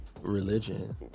religion